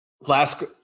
last